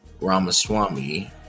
ramaswamy